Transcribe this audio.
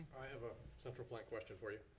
i have a central plant question for ya.